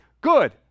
good